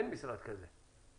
אין משרד כזה.